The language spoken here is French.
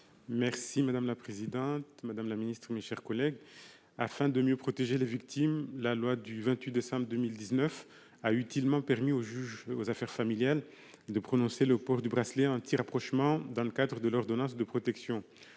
: La parole est à M. Thani Mohamed Soilihi. Afin de mieux protéger les victimes, la loi du 28 décembre 2019 a utilement permis au juge aux affaires familiales de prononcer le port du bracelet anti-rapprochement dans le cadre de l'ordonnance de protection.